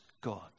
God